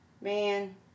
man